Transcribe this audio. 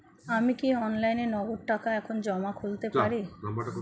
আমি কি অনলাইনে নগদ টাকা জমা এখন খুলতে পারি?